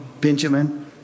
Benjamin